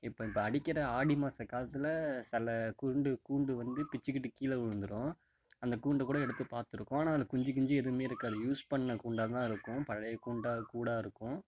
இப்போ அடிக்கிற ஆடி மாத காற்றுல சில கூண்டு கூண்டு வந்து பிச்சிக்கிட்டு கீழே விழுந்துடும் அந்த கூண்டை கூடை எடுத்து பார்த்துருக்கோம் ஆனால் அதில் குஞ்சுக்கிஞ்சி எதுவுமே இருக்காது யூஸ் பண்ண கூண்டாக தான் இருக்கும் பழைய கூண்டாக கூடாக இருக்கும்